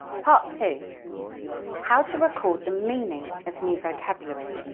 part two how to record the meaning of new vocabulary.